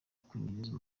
kunyereza